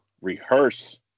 rehearse